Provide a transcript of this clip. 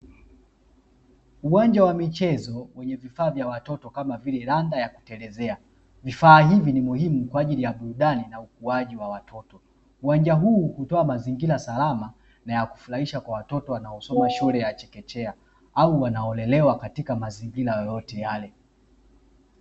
Uwanja wa michezo wenye vifaa vya watoto kama vile: randa ya kutelezea, vifaa hivi ni muhimu kwa ajili ya burudani na ukuaji wa watoto. Uwanja huu hutoa mazingira salama na ya kufurahisha kwa watoto wanaosoma shule ya chekechea au wanaolelewa katika mazingira yoyote yale.